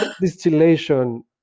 distillation